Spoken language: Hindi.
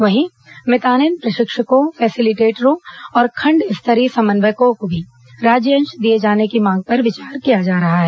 वहीं मितानिन प्रशिक्षकों फेसिलिटेटरों और खंड स्तरीय समन्वयकों को भी राज्य अंश दिये जाने की मांग पर विचार किया जा रहा है